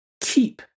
keep